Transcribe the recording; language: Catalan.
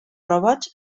robots